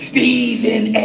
Stephen